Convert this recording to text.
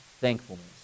thankfulness